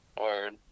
Word